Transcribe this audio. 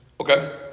Okay